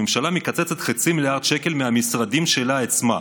הממשלה מקצצת חצי מיליארד שקל מהמשרדים שלה עצמה,